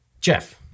Jeff